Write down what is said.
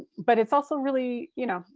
but, it's also really, you know,